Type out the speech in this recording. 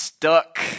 Stuck